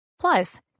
Plus